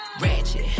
ratchet